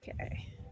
Okay